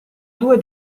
due